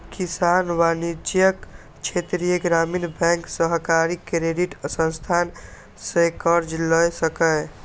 किसान वाणिज्यिक, क्षेत्रीय ग्रामीण बैंक, सहकारी क्रेडिट संस्थान सं कर्ज लए सकैए